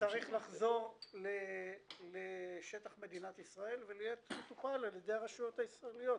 צריך לחזור לשטח מדינת ישראל ולהיות מטופל על-ידי הרשויות הישראלית,